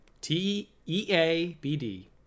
T-E-A-B-D